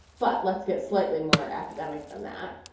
but let's get slightly more academic than that.